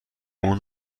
اون